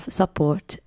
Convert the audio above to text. support